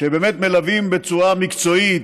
שבאמת מלווים בצורה מקצועית,